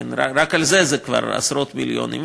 ורק זה כבר עשרות מיליונים,